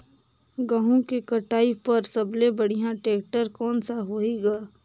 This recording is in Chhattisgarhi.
गहूं के कटाई पर सबले बढ़िया टेक्टर कोन सा होही ग?